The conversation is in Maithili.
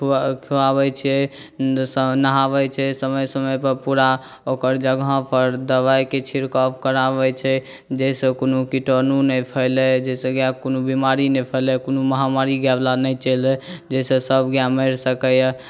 खुआबैत छै नहाबैत छै समय समयपर पूरा ओकर जगहपर दवाइके छिड़काव कराबैत छै जाहिसँ कोनो कीटाणु नहि फैलए जाहिसँ गाएके कोनो बीमारी नहि फैलए कोनो महामारी गाएवला नहि चलए जाहिसँ सभगाए मरि सकैए